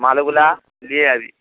মালগুলো নিয়ে যাবি